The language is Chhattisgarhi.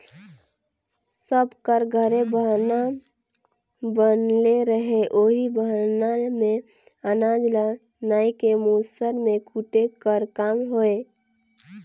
सब कर घरे बहना बनले रहें ओही बहना मे अनाज ल नाए के मूसर मे कूटे कर काम होए